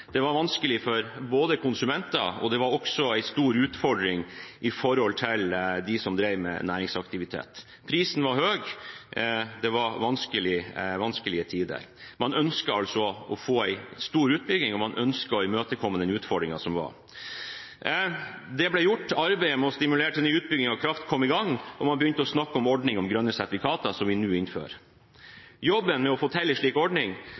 Det var vanskelig for konsumenter, og det var også en stor utfordring for dem som drev med næringsaktivitet. Prisen var høy. Det var vanskelige tider. Man ønsket å få en stor utbygging, og man ønsket å imøtekomme den utfordringen som var. Det ble gjort. Arbeidet med å stimulere til ny utbygging av kraft kom i gang, og man begynte å snakke om en ordning med grønne sertifikater, som vi nå innfører. Jobben med å få til en slik ordning